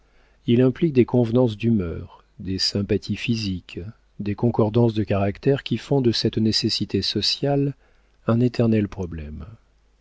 il implique des convenances d'humeur des sympathies physiques des concordances de caractère qui font de cette nécessité sociale un éternel problème